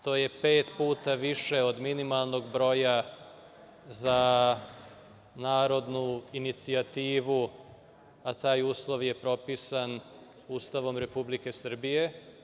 To je pet puta više od minimalnog broja za narodnu inicijativu, a taj uslov je propisan Ustavom Republike Srbije.